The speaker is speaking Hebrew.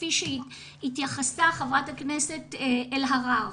כפי שהתייחסה חברת הכנסת אלהרר,